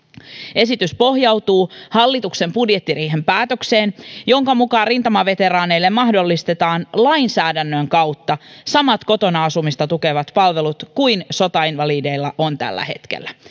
esitys pohjautuu hallituksen budjettiriihen päätökseen jonka mukaan rintamaveteraaneille mahdollistetaan lainsäädännön kautta samat kotona asumista tukevat palvelut kuin sotainvalideilla on tällä hetkellä